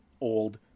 old